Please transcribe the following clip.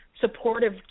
supportive